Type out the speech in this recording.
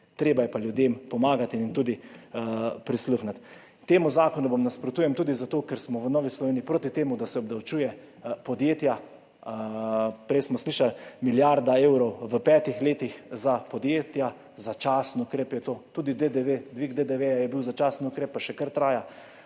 Treba je pa ljudem pomagati in jim tudi prisluhniti. Temu zakonu nasprotujem tudi zato, ker smo v Novi Sloveniji proti temu, da se obdavčuje podjetja. Prej smo slišali, milijarda evrov v petih letih za podjetja, začasen ukrep, je to. Tudi DDV, dvig DDV je bil začasen ukrep, pa še kar traja.